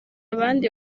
abandi